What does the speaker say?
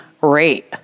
rate